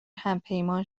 همپیمان